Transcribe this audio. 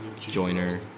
Joiner